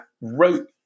wrote